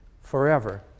forever